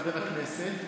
חבר הכנסת,